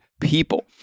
people